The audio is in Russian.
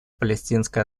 палестинской